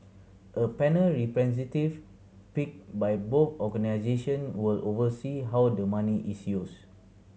a panel representative picked by both organisation will oversee how the money is used